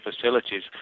facilities